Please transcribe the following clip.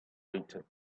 waited